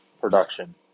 production